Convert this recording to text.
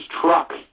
truck